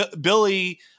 billy